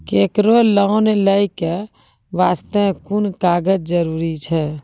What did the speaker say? केकरो लोन लै के बास्ते कुन कागज जरूरी छै?